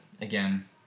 again